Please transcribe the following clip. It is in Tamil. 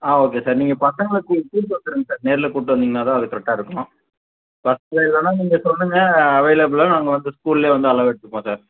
ஆ ஓகே சார் நீங்கள் பசங்களை கூ கூட்டிகிட்டு வந்துருங்கள் சார் நேரில் கூட்டு வந்தீங்கன்னா தான் அது கரெக்டாக இருக்கும் பஸ்ஸில் இல்லேன்னா நீங்கள் சொல்லுங்கள் அவைலபிள்னாலும் நாங்கள் வந்து ஸ்கூல்லையே வந்து அளவெடுத்துப்போம் சார்